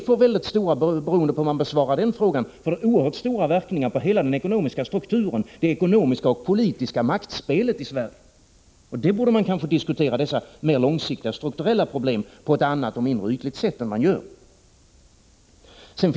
Hur besvarar man den frågan? Det ger oerhört stora verkningar på hela den ekonomiska strukturen, det ekonomiska och politiska maktspelet i Sverige. Dessa mer långsiktiga strukturella problem borde man diskutera på ett annat och mindre ytligt sätt än vad man gör.